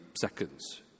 seconds